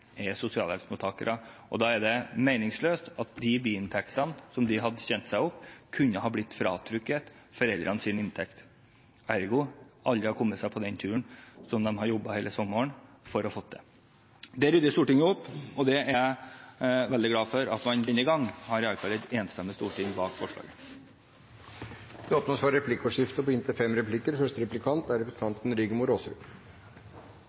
sosialhjelpsmottakere. Da er det meningsløst at de inntektene de får, skal bli fratrukket foreldrenes inntekt – ergo at de aldri vil komme seg på den turen som de har jobbet hele sommeren for å få til. Her rydder Stortinget opp, og jeg er veldig glad for at man denne gang i alle fall får et enstemmig storting bak forslaget til vedtak. Det blir replikkordskifte. Det er lett å være enig i at det er